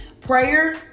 prayer